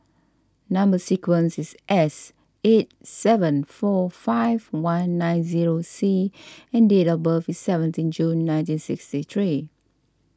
Number Sequence is S eight seven four five one nine zero C and date of birth is seventeen June nineteen sixty three